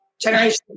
Generation